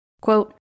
Quote